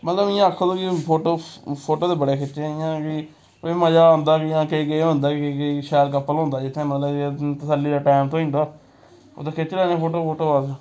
मतलब इ'यां आक्खा कि फोटो फोटो ते बड़े खिच्चे इ'यां कि कोई मज़ा औंदा कि केईं होंदा केईं केईं शैल कप्पल होंदा जित्थै मतलब तसल्ली दा टैम टपोई जंदा उत्थै खिच्ची लैने फोटो फोटो अस